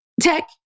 tech